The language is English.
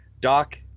doc